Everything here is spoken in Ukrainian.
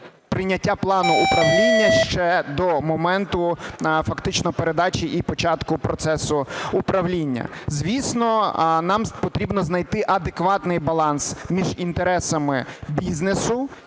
прийняття плану управління ще до моменту фактично передачі і початку процесу управління. Звісно, нам потрібно знайти адекватний баланс між інтересами бізнесу